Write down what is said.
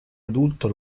adulto